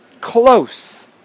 close